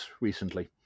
recently